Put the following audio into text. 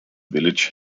village